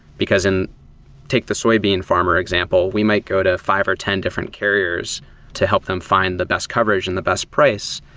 because take the soybean farmer example, we might go to five or ten different carriers to help them find the best coverage and the best price,